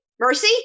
mercy